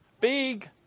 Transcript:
Big